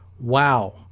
Wow